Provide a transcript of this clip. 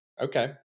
Okay